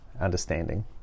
understanding